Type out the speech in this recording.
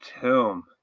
Tomb